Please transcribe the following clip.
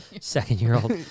Second-year-old